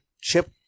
chip